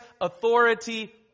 authority